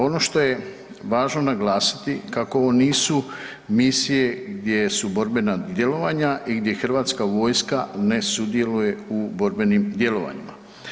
Ono što je važno naglasiti kako ovo nisu misije gdje su borbena djelovanja i gdje hrvatska vojska ne sudjeluje u borbenim djelovanjima.